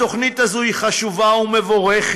התוכנית הזאת היא חשובה ומבורכת.